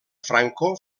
franco